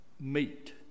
Meet